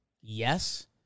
yes